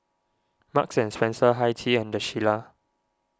Marks and Spencer Hi Tea and the Shilla